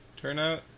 turnout